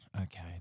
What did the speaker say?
Okay